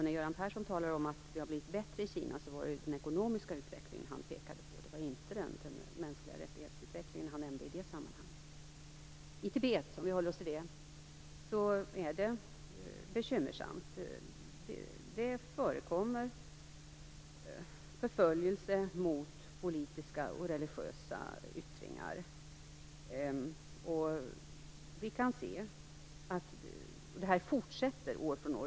När Göran Persson talar om att det har blivit bättre i Kina var det den ekonomiska utvecklingen han pekade på. Det var inte utvecklingen när det gäller de mänskliga rättigheterna han nämnde i det sammanhanget. Det är bekymmersamt i Tibet, om vi håller oss till det. Det förekommer förföljelse av dem som deltar i politiska och religiösa yttringar. Det här fortsätter år för år.